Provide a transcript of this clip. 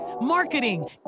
marketing